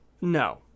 No